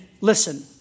listen